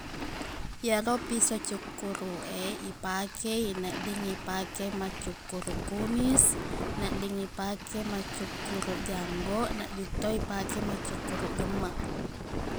Iyaro piso cukkuruq e ipakei nedding ipake maccukkuruq kumis nedding ipake maccukkuruq janggoq neddingto ipake maccukkuruq gemmeq